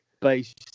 based